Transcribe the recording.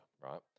right